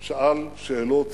שאל שאלות